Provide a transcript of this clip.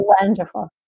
wonderful